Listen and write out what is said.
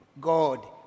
God